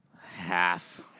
Half